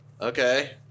Okay